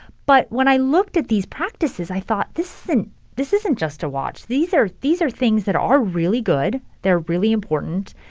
but when i looked at these practices, i thought, this isn't this isn't just a watch. these are these are things that are really good. they're really important.